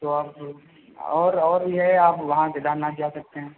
तो आप और और यह आप वहाँ केदारनाथ जा सकते हैं